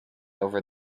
over